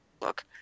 look